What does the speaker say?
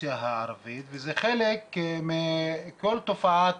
באוכלוסייה הערבית וזה חלק מכל תופעת